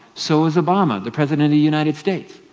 so is obama, the president of the united states,